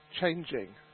changing